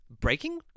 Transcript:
Breaking